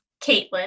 Caitlin